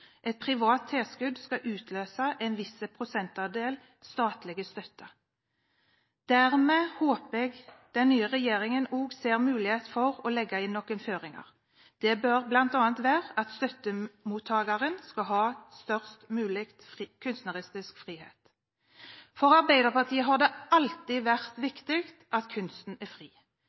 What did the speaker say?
et privat tilskudd skal utløse en viss prosentandel statlig støtte. Dermed håper jeg den nye regjeringen også ser mulighet for å legge inn noen føringer. Det bør bl.a. være at støttemottakeren skal ha størst mulig kunstnerisk frihet. For Arbeiderpartiet har det alltid vært viktig at kunsten er fri.